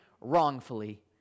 wrongfully